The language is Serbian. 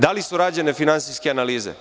Da li su rađene finansijske analize?